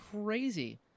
crazy